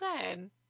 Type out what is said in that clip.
good